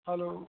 hello